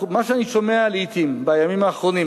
מה שאני שומע לעתים בימים האחרונים,